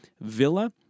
villa